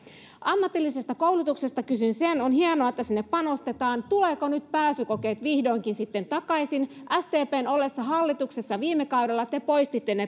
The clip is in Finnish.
ammatillisesta koulutuksesta kysyn sen on hienoa että sinne panostetaan tulevatko nyt pääsykokeet vihdoinkin sitten takaisin sdpn ollessa hallituksessa viime kaudella te poistitte